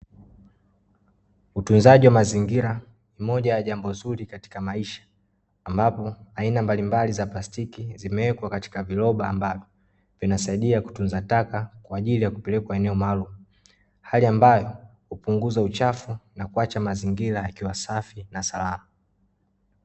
Utunzaji wa mazingira, moja ya jambo zuri katika maisha ambapo, aina mbalimbali za plastiki zimewekwa katika viroba ambavyo vinasaidia kutunza taka kwa ajili ya kupelekwa eneo maalumu. Hali ambayo hupunguza uchafu na kuacha mazingira yakiwa safi na salama.